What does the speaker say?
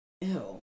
Ew